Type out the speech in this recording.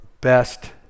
best